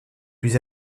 plus